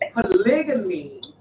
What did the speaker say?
polygamy